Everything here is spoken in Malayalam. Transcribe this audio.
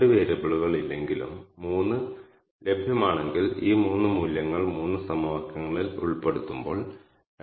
ഈ ട്രിപ്പ് ക്ലസ്റ്ററിന് എന്തെല്ലാം വിവരങ്ങളാണ് ഉള്ളത് എന്ന് നോക്കാം